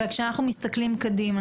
וכשאנחנו מסתכלים קדימה,